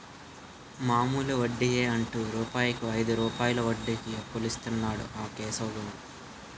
మామూలు వడ్డియే అంటు రూపాయికు ఐదు రూపాయలు వడ్డీకి అప్పులిస్తన్నాడు ఆ కేశవ్ గాడు